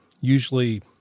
usually